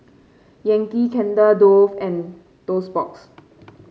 Yankee Candle Dove and Toast Box